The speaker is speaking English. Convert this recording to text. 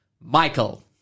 Michael